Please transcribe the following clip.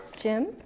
Jim